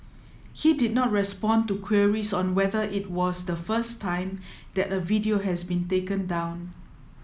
he did not respond to queries on whether it was the first time that a video has been taken down